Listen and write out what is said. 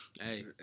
Hey